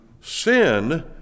sin